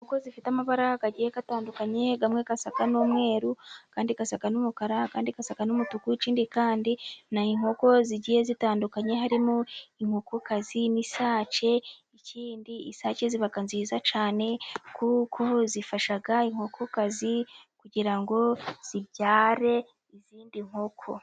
Inkoko, zifite amabara agiye atandukanye, amwe asa n'umweru, ayandi asa n'umukara, ayandi asa n'umutuku, ikindi ni inkoko zigiye zitandukanye, harimo inkokokazi n'isake, ikindi isake ziba nziza cyane kuko zifasha inkokokazi, kugira ngo zibyare nkoko.